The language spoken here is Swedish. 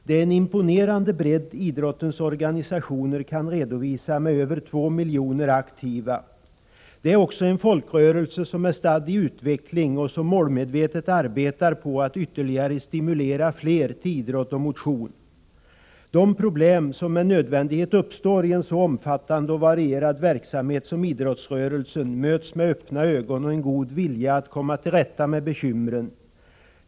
Det är en imponerande bredd idrottens organisationer kan redovisa, med över två miljoner aktiva. Det är också en folkrörelse som är stadd i utveckling och som målmedvetet arbetar på att ytterligare stimulera fler till idrott och motion. De problem som med nödvändighet uppstår i en så omfattande och varierad verksamhet som idrottsrörelsen möts med öppna ögon och en god vilja att komma till rätta med bekymren.